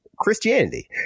Christianity